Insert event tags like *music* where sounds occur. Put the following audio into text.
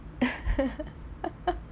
*laughs*